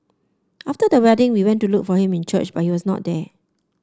after the wedding we went to look for him in church but he was not there